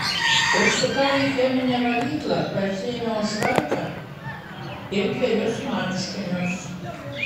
užsukau į cheminę valyklą pasiėmiau švarką ir dvejus marškinius